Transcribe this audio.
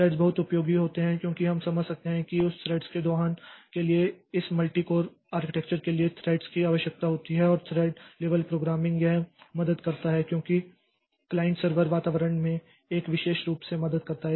threads बहुत उपयोगी होते हैं क्योंकि हम समझ सकते हैं कि उस थ्रेड्स के दोहन के लिए इस मल्टी कोर आर्किटेक्चर के लिए थ्रेड्स की आवश्यकता होती है और थ्रेड लेवल प्रोग्रामिंग यह मदद करता है क्योंकि क्लाइंट सर्वर वातावरण में एक विशेष रूप से मदद करता है